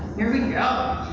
here we go.